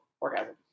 orgasm